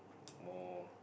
more